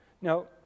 Now